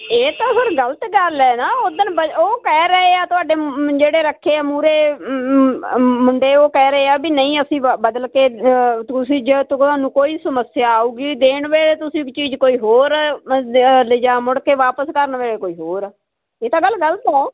ਇਹ ਤਾਂ ਫਿਰ ਗਲਤ ਗੱਲ ਹੈ ਨਾ ਉਦਣ ਉਹ ਕਹਿ ਰਹੇ ਆ ਤੁਹਾਡੇ ਜਿਹੜੇ ਰੱਖੇ ਆ ਮੂਹਰੇ ਮੁੰਡੇ ਉਹ ਕਹਿ ਰਹੇ ਆ ਵੀ ਨਹੀਂ ਅਸੀਂ ਬਦਲ ਕੇ ਤੁਸੀਂ ਜੋ ਤੁਹਾਨੂੰ ਕੋਈ ਸਮੱਸਿਆ ਆਊਗੀ ਦੇਣ ਵੇਲੇ ਤੁਸੀਂ ਚੀਜ਼ ਕੋਈ ਹੋਰ ਲਿਜਾ ਮੁੜ ਕੇ ਵਾਪਸ ਕਰਨ ਵੇਲੇ ਕੋਈ ਹੋਰ ਇਹ ਤਾਂ ਗੱਲ ਗਲਤ ਹੈ